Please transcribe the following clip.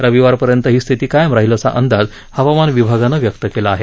रविवारपर्यंत ही स्थिती कायम राहील असा अंदाज हवामान खात्यानं व्यक्त केला आहे